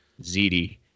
ZD